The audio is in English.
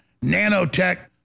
nanotech